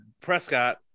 Prescott